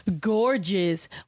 gorgeous